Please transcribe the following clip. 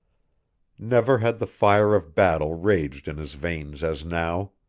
never had the fire of battle raged in his veins as now.